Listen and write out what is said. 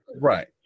right